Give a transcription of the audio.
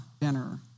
dinner